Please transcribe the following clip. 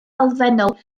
elfennol